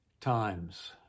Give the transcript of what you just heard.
times